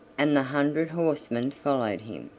and the hundred horsemen followed him.